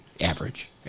average